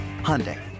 Hyundai